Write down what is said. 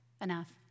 Enough